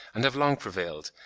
and have long prevailed,